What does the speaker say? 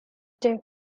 day